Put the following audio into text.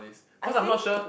I think